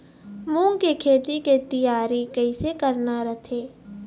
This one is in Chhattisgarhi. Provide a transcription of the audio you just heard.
मूंग के खेती के तियारी कइसे करना रथे?